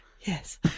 Yes